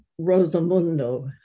Rosamundo